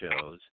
shows